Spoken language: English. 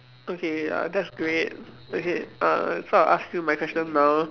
okay ya that's great okay uh so I'll ask you my question now